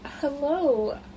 hello